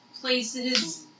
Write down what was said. places